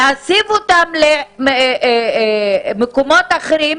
להסב אותם למקומות אחרים,